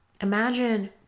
Imagine